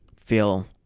feel